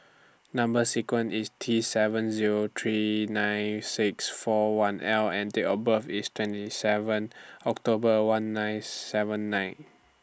Number sequence IS T seven Zero three nine six four one L and Date of birth IS twenty seven October one nine seven nine